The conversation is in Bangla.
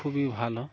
খুবই ভালো